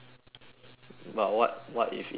but what what if it doesn't fits you